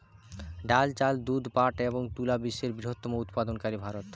ডাল, চাল, দুধ, পাট এবং তুলা বিশ্বের বৃহত্তম উৎপাদনকারী ভারত